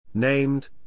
Named